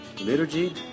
liturgy